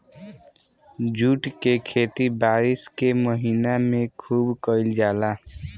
jute के खेती बारिश के महीना में खुब कईल जाला